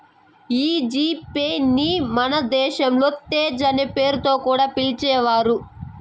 ఈ G Pay ని మన దేశంలో తేజ్ అనే పేరుతో కూడా పిలిచేవారు